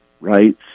rights